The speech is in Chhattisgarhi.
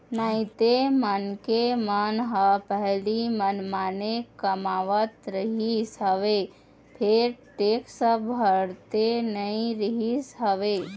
नइते मनखे मन ह पहिली मनमाने कमावत रिहिस हवय फेर टेक्स भरते नइ रिहिस हवय